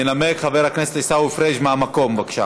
ינמק מהמקום חבר הכנסת עיסאווי פריג', בבקשה.